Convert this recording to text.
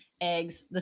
eggs